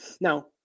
Now